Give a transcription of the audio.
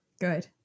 Good